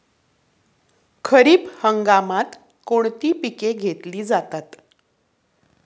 खरीप हंगामात कोणती पिके घेतली जातात?